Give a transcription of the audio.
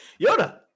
Yoda